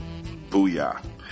Booyah